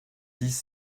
dix